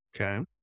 Okay